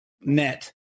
net